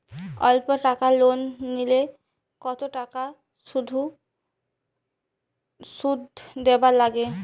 অল্প টাকা লোন নিলে কতো টাকা শুধ দিবার লাগে?